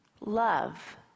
love